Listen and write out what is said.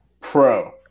Pro